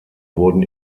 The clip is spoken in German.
wurden